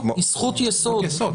היא זכות יסוד.